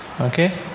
Okay